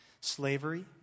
Slavery